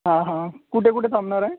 हां हां कुठे कुठे थांबणार आहे